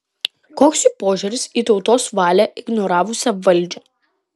koks jų požiūris į tautos valią ignoravusią valdžią